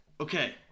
Okay